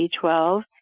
B12